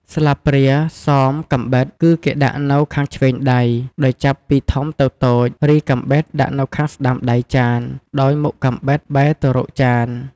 ស្លាបព្រា សម កាំបិត គឺគេដាក់នៅខាងឆ្វេងដៃ ដោយចាប់ពីធំទៅតូច រីកាំបិតដាក់នៅខាងស្តាំដៃចាន ដោយមុខកាំបិតបែរទៅរកចាន។